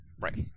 Right